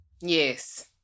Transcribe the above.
Yes